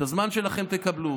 את הזמן שלכם תקבלו.